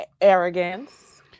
arrogance